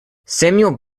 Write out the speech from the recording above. samuel